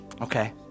Okay